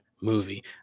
movie